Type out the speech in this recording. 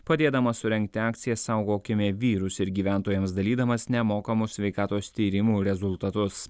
padėdamas surengti akciją saugokime vyrus ir gyventojams dalydamas nemokamus sveikatos tyrimų rezultatus